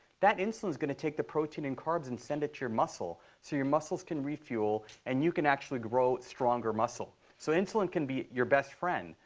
that insulin is going to take the protein and carbs and send it your muscle. so your muscles can refuel, and you can actually grow stronger muscle. so insulin can be your best friend.